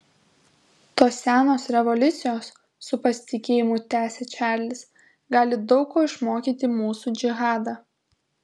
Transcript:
tos senos revoliucijos su pasitikėjimu tęsia čarlis gali daug ko išmokyti mūsų džihadą